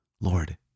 Lord